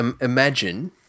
imagine